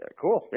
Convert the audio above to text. Cool